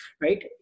right